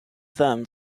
them